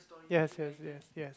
yes yes yes ya